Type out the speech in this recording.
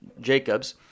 Jacob's